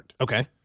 Okay